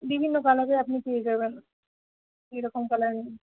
বিভিন্ন কালারের আপনি পেয়ে যাবেন যেরকম কালারের